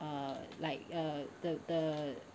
uh like uh the the